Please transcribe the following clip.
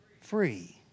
Free